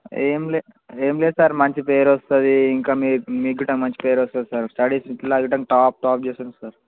ఏమి లే ఏమి లేదు సార్ మంచి పేరు వస్తుంది ఇంకా మీ మీకు గిట్టా మంచి పేరు వస్తుం ది సార్ స్టడీస్ పిల్లాడి గిట్టా టాప్ టాప్ చేస్తుంది సార్